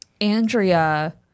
Andrea